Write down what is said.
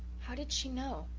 how did she know?